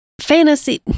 fantasy